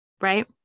right